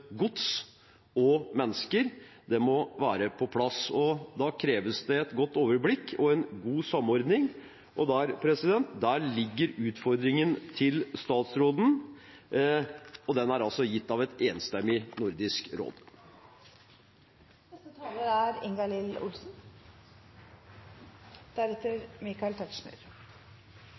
gods og mennesker være på plass. Da kreves det et godt overblikk og en god samordning. Der ligger utfordringen til statsråden, og den er altså gitt av et enstemmig Nordisk råd. Det nordiske samarbeidet er